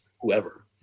whoever